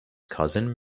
cousin